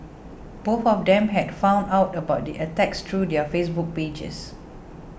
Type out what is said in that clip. both of them had found out about the attacks through their Facebook pages